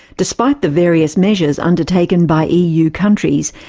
despite the various measures undertaken by eu countries,